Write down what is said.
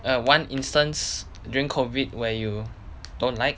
one instance during COVID where you don't like